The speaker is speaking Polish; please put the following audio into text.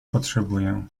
potrzebuję